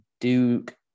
Duke